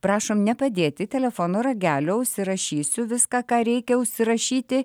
prašom nepadėti telefono ragelio užsirašysiu viską ką reikia užsirašyti